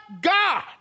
God